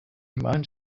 amount